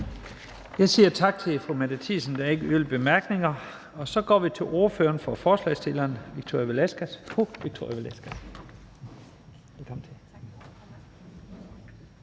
Jeg siger tak til fru Mette Thiesen. Der er ikke nogen korte bemærkninger. Så går vi til ordføreren for forslagsstillerne, fru Victoria Velasquez.